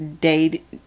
date